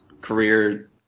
career –